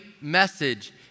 message